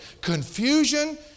Confusion